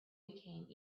became